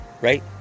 right